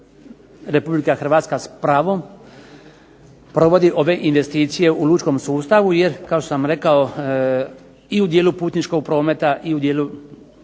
Republika Hrvatska s pravom provodi ove investicije u lučkom sustavu, jer kao što sam rekao i u dijelu putničkog prometa, i u dijelu